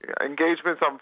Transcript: engagements